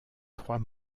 trois